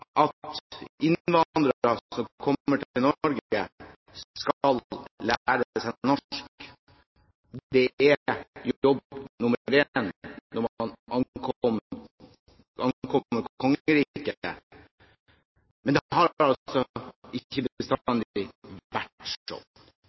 at innvandrere som kommer til Norge, skal lære seg norsk. Det er jobb nummer én når man ankommer kongeriket, men det har